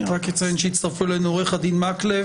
רק אציין שהצטרפו אלינו חבר הכנסת מקלב